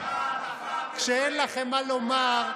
אין לכם מה לומר,